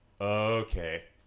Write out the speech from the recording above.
okay